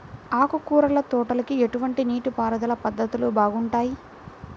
ఆకుకూరల తోటలకి ఎటువంటి నీటిపారుదల పద్ధతులు బాగుంటాయ్?